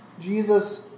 Jesus